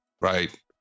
right